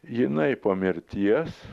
jinai po mirties